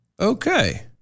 Okay